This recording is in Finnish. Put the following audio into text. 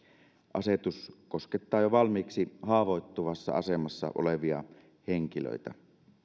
asetus koskettaa jo valmiiksi haavoittuvassa asemassa olevia henkilöitä